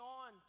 on